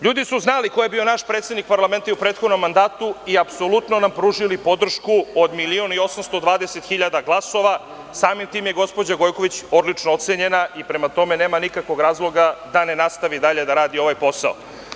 Ljudi su znali ko je bio naš predsednik parlamenta i u prethodnom mandatu i apsolutno nam pružili podršku od 1.820.000 glasova, samim tim je gospođa Gojković odlično ocenjena i prema tome nema nikakvog razloga da ne nastavi dalje da radi ovaj posao.